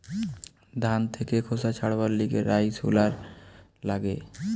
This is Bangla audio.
ধান থেকে খোসা ছাড়াবার লিগে রাইস হুলার লাগে